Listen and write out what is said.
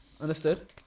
Understood